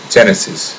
Genesis